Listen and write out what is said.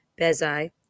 Bezai